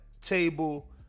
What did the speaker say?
table